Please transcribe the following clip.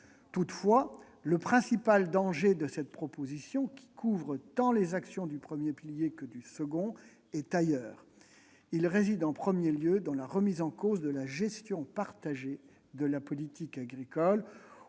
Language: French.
Absolument ! Le principal danger de cette proposition, qui couvre tant les actions du premier que du second pilier, est ailleurs : il réside en premier lieu dans la remise en cause de la gestion partagée de la politique agricole